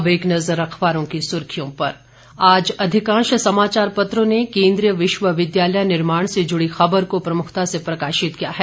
अब एक नज़र अखबारों की सुर्खियों पर आज अधिकांश समाचार पत्रों ने केंद्रीय विश्वविद्यालय निर्माण से जुड़ी खबर को प्रमुखता से प्रकाशित किया है